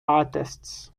artists